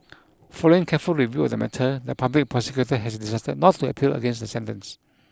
following careful review of the matter the public prosecutor has decided not to appeal against the sentence